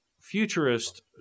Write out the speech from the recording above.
futurist